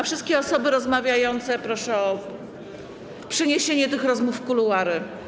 Wszystkie osoby rozmawiające proszę o przeniesienie tych rozmów w kuluary.